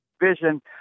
vision